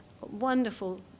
wonderful